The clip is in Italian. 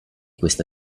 questa